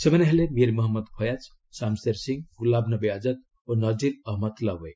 ସେମାନେ ହେଲେ ମୀର ମହମ୍ମଦ ଫୟାଜ ଶାମ୍ଶେର୍ ସିଂ ଗୁଲାମ ନବୀ ଆଜ୍ଜାଦ ଓ ନକୀର ଅହମ୍ମଦ ଲୱେ